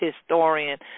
historian